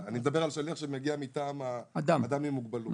אני מדבר על השליח שמגיע מטעם אדם עם מוגבלות.